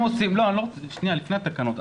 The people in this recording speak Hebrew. שניה, לפני התקנות.